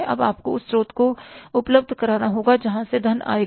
अब आपको उस स्रोत को उपलब्ध कराना होगा जहां से धन आएगा